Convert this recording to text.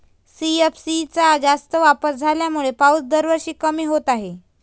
CFC चा जास्त वापर झाल्यामुळे पाऊस दरवर्षी कमी होत आहे